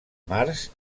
març